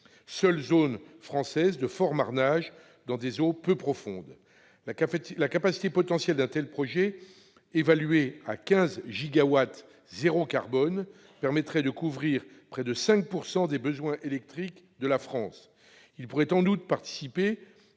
seules zones françaises de fort marnage dans des eaux peu profondes. La capacité potentielle d'un tel projet, évaluée à 15 gigawatts zéro carbone, permettrait de couvrir près de 5 % des besoins électriques de la France. En outre, ce projet